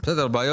אמרנו